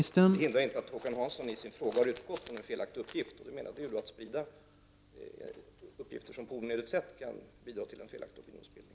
Herr talman! Det hindrar inte att Håkan Hansson i sin fråga har utgått från en oriktig uppgift, och det kan på ett onödigt sätt bidra till en felaktig opinionsbildning.